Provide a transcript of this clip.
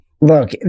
Look